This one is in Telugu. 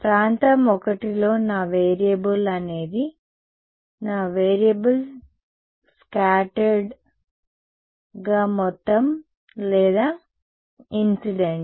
ప్రాంతంలో I నా వేరియబుల్ అనేది నా వేరియబుల్ స్కాటర్డ్ గా ఉన్న మొత్తం లేదా ఇన్సిడెంట్